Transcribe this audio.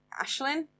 Ashlyn